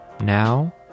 Now